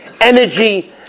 energy